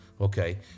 okay